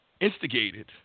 instigated